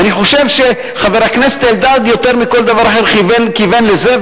וחושב שחבר הכנסת אלדד יותר מכל דבר אחר כיוון לזה,